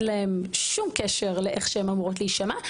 להן שום קשר לאיך שהן אמורות להישמע,